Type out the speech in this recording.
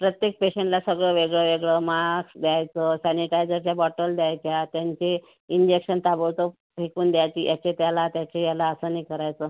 प्रत्येक पेशंटला सगळं वेगळं वेगळं मास्क द्यायचं सॅनिटायझरच्या बॉटल द्यायच्या त्यांचे इंजेक्शन ताबडतोब फेकून द्यायची याचे त्याला त्याचे याला असं नाही करायचं